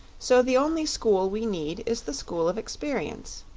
so the only school we need is the school of experience.